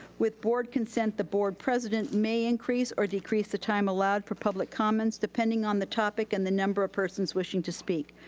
with board concent, the board president may increase or decrease the time allowed for public comments depending on the topic and the number of persons wishing to speak.